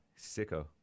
sicko